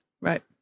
Right